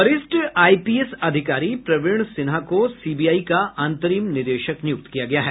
वरिष्ठ आईपीएस अधिकारी प्रवीण सिन्हा को सीबीआई का अंतरिम निदेशक नियुक्त किया गया है